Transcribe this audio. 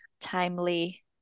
timely